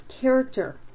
character